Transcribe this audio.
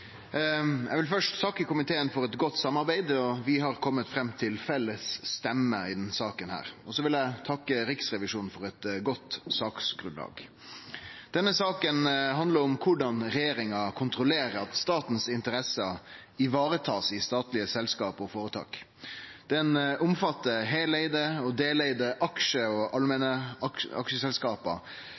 Eg vil først takke komiteen for eit godt samarbeid – vi er komne fram til ei felles stemme i denne saka. Og eg vil takke Riksrevisjonen for eit godt saksgrunnlag. Denne saka handlar om korleis regjeringa kontrollerer at staten sine interesser blir varetatt i statlege selskap og føretak. Det omfattar heileigde og deleigde aksje- og